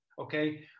okay